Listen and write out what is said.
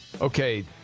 Okay